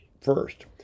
first